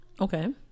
Okay